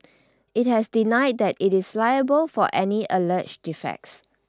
it has denied that it is liable for any alleged defects